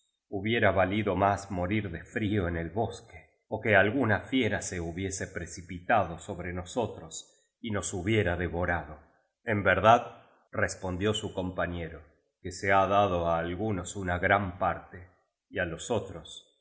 hubiera valido más morir de frío en el bosque ó que biblioteca nacional de españa el nlfto estrella alguna fiera se hubiese precipitado sobre nosotros y nos hu biera devorado ín verdadrespondió su compañero que se ha dado á algunos una gran parte y á los otros